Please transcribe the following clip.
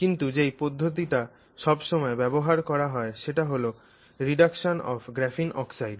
কিন্তু যেই পদ্ধতিটা সব সময় ব্যবহার করা হয় সেটা হল রিডাকশন অফ গ্রাফিন অক্সাইড